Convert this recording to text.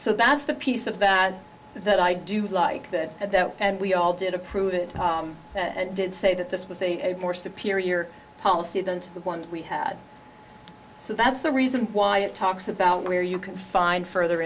so that's the piece of that that i do like that and that and we all did approve it and did say that this was a more superior policy than the one we had so that's the reason why it talks about where you can find further